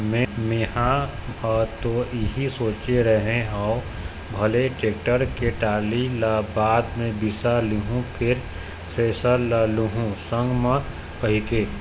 मेंहा ह तो इही सोचे रेहे हँव भले टेक्टर के टाली ल बाद म बिसा लुहूँ फेर थेरेसर ल लुहू संग म कहिके